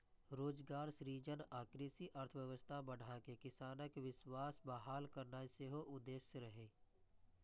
रोजगार सृजन आ कृषि अर्थव्यवस्था बढ़ाके किसानक विश्वास बहाल करनाय सेहो उद्देश्य रहै